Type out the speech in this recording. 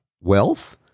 wealth